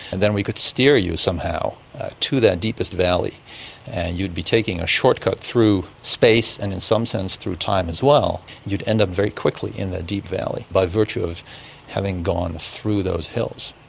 and then we could steer you somehow to that deepest valley and you'd be taking a shortcut through space and in some sense through time as well. you'd end up very quickly in that deep valley by virtue of having gone through those hills.